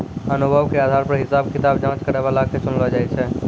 अनुभव के आधार पर हिसाब किताब जांच करै बला के चुनलो जाय छै